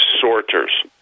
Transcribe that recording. Sorters